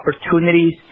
opportunities